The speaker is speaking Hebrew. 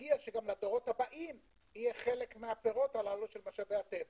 מגיע שגם לדורות הבאים יהיה חלק מהפירות הללו של משאבי הטבע.